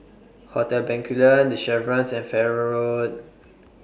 Hotel Bencoolen The Chevrons and Farrer Road